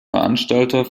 veranstalter